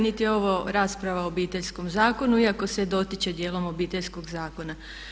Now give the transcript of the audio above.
Niti je ovo rasprava o Obiteljskom zakonu iako se dotiče djelom Obiteljskog zakona.